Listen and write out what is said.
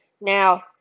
Now